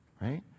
Right